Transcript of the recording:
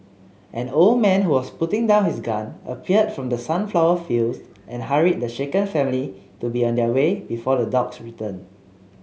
an old man who was putting down his gun appeared from the sunflower fields and hurried the shaken family to be on their way before the dogs return